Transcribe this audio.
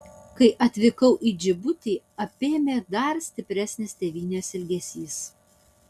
kai atvykau į džibutį apėmė dar stipresnis tėvynės ilgesys